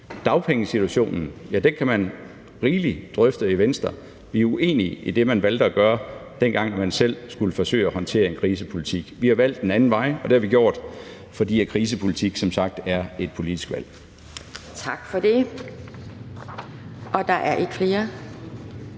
Dagpengesituationen kan man rigeligt drøfte i Venstre. Vi er uenige i det, man valgte at gøre, dengang man selv skulle forsøge at håndtere en krisepolitik. Vi har valgt en anden vej, og det har vi gjort, fordi krisepolitik som sagt er et politisk valg.